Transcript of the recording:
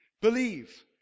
Believe